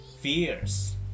fears